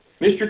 Mr